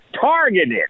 targeted